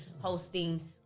hosting